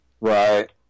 Right